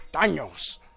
Daniels